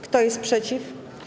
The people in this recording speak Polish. Kto jest przeciw?